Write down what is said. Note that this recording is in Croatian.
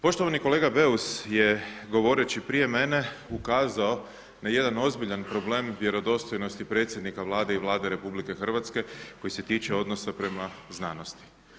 Poštovani kolega Beus je govoreći prije mene ukazao na jedan ozbiljan problem vjerodostojnosti predsjednika Vlade i Vlade RH koji se tiče odnosa prema znanosti.